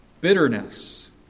bitterness